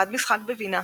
הוא למד משחק בווינה,